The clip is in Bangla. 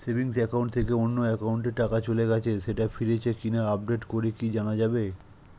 সেভিংস একাউন্ট থেকে অন্য একাউন্টে টাকা চলে গেছে সেটা ফিরেছে কিনা আপডেট করে কি জানা যাবে?